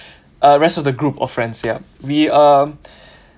uh rest of the group of friends yup we um